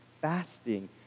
fasting